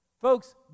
Folks